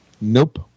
Nope